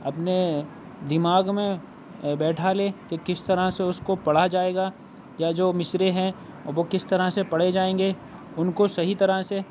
اپنے دِماغ میں بیٹھا لے کہ کس طرح سے اُس کو پڑھا جائے گا یا جو مصرعے ہیں وہ کس طرح سے پڑھے جائیں گے اُن کو صحیح طرح سے